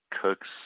Cooks